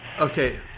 Okay